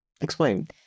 Explain